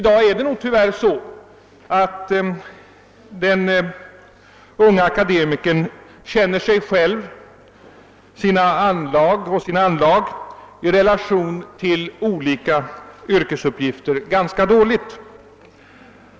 Det är tyvärr så att den unge akademikern ganska dåligt känner sig själv och sina anlag i relation till olika yrkesuppgifter.